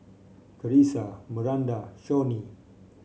Carisa Maranda Shawnee